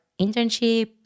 internship